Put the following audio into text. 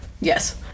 yes